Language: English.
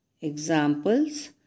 Examples